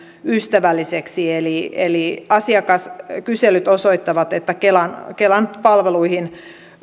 ystävälliseksi eli eli asiakaskyselyt osoittavat että kelan kelan palveluihin